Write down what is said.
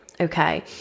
Okay